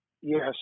Yes